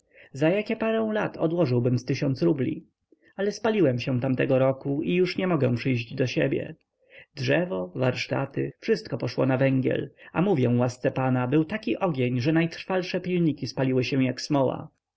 za jakie parę lat odłożyłbym z tysiąc rubli ale spaliłem się tamtego roku i już nie mogę przyjść do siebie drzewo warsztaty wszystko poszło na węgiel a mówię łasce pana był taki ogień że najtrwalsze pilniki stopiły się jak smoła